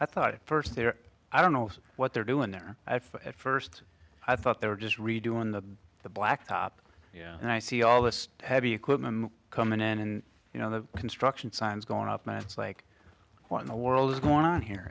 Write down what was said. i thought it first there i don't know what they're doing there at first i thought they were just redoing the the blacktop and i see all this heavy equipment coming in you know the construction signs going up mats like what in the world is going on here